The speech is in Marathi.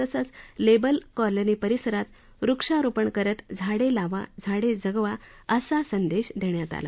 तसंच लेबर कॉलनी परिसरात वृक्षारोपण करत झाडे लावा झाडे जगवा असा संदेश देण्यात आला